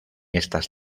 estas